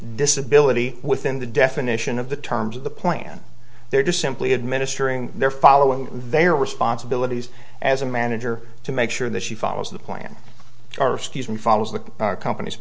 disability within the definition of the terms of the plan they're just simply administering their following their responsibilities as a manager to make sure that she follows the plan or